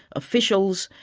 officials,